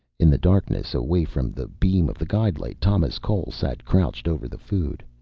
in the darkness, away from the beam of the guide-light, thomas cole sat crouched over the food.